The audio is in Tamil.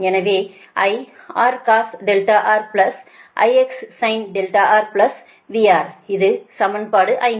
எனவே |I| R cos R IX sin R VR இது சமன்பாடு 5